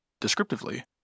descriptively